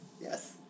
yes